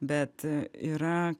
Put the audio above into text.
bet yra